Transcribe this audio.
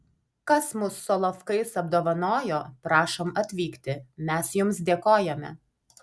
kas mus solovkais apdovanojo prašom atvykti mes jums dėkojame